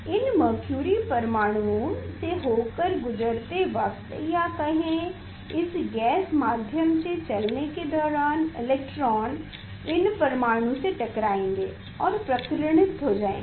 इन mercury परमाणु से होकर गुजरते वक्तया कहें इस गैस माध्यम से चलने के दौरान इलेक्ट्रॉन इन परमाणु से टकराएंगे और प्रकीर्णित हो जाएंगे